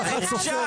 ככה את סופרת.